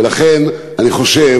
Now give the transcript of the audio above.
ולכן אני חושב